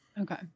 Okay